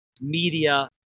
media